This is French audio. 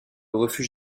refuge